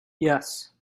yes